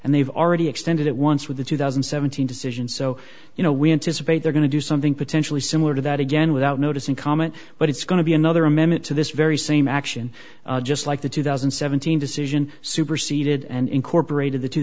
and they've already extended it once with the two thousand decision so you know we anticipate they're going to do something potentially similar to that again without notice and comment but it's going to be another amendment to this very same action just like the two thousand and seventeen decision superseded and incorporated the two